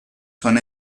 son